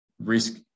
risk